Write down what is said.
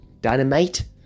Dynamite